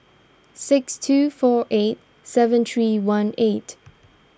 six two four eight seven three one eight